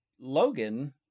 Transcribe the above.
Logan